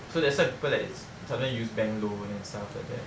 so that's why people like sometimes use bank loan and stuff like that